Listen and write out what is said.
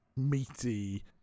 meaty